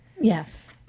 Yes